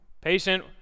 Patient